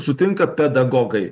sutinka pedagogai